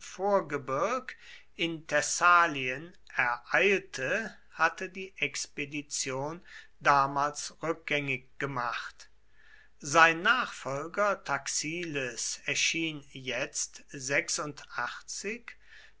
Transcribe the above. vorgebirg in thessalien ereilte hatte die expedition damals rückgängig gemacht sein nachfolger taxiles erschien jetzt